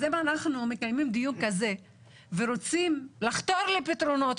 אז אם אנחנו מקיימים דיון כזה ורוצים לחתור לפתרונות,